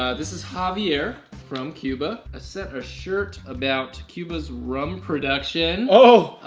this is javier from cuba a set a shirt about cuba's rum production oh